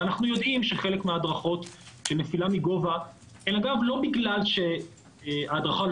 אנחנו יודעים שהמקרים של נפילה מגובה הם אגב לא בגלל שההדרכה לא